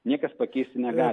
niekas pakeisti negali